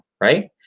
right